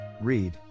read